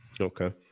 Okay